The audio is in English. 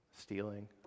stealing